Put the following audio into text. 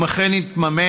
אם אכן יתממש,